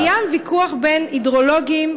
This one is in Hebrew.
קיים ויכוח בין הידרולוגים,